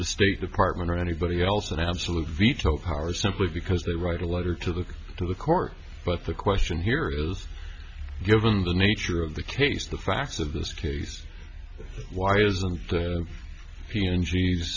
the state department or anybody else an absolute veto power simply because they write a letter to the to the court but the question here is given the nature of the case the facts of this case why is